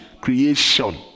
creation